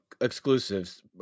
exclusives